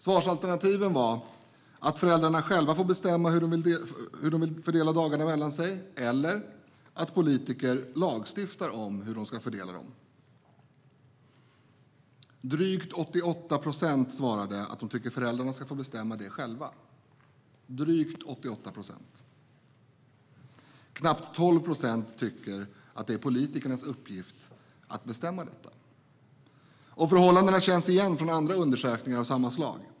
Svarsalternativen var att föräldrarna själva får bestämma hur de vill fördela dagarna mellan sig eller att politiker lagstiftar om hur dagarna ska fördelas. Drygt 88 procent svarade att de tycker att föräldrarna ska få bestämma det själva - drygt 88 procent. Knappt 12 procent tycker att det är politikernas uppgift att bestämma det. Förhållandena känns igen från andra undersökningar av samma slag.